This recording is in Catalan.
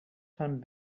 fan